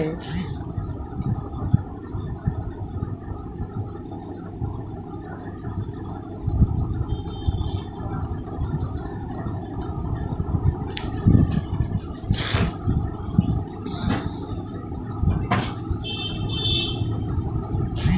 नौकरी पेशा वाला लोग सनी भी सम्पत्ति कर देवै छै